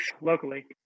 locally